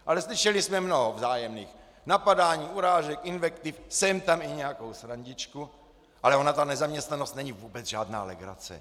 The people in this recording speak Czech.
Ale slyšeli jsme mnoho vzájemných napadání, urážek, invektiv, sem tam i nějakou srandičku, ale ona ta nezaměstnanost není vůbec žádná legrace.